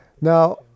now